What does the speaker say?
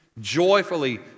Joyfully